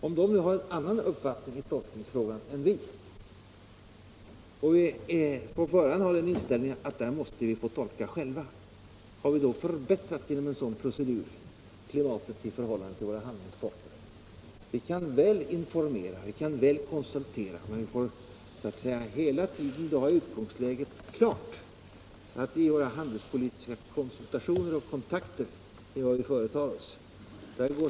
Om de har en annan uppfattning i tolkningsfrågan än vi och vi på förhand har inställningen att vi måste få tolka själva, har vi då genom en sådan procedur förbättrat klimatet i förhållande till våra handelspartner? Vi kan informera, vi kan konsultera men vi får hela tiden ha utgångsläget för vad vi företar oss klart vid våra handelspolitiska konsultationer och kontakter.